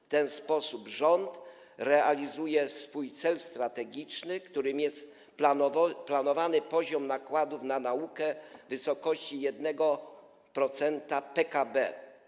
W ten sposób rząd realizuje swój cel strategiczny, którym jest planowany poziom nakładów na naukę w wysokości 1% PKB.